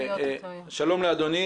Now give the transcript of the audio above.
אדוני,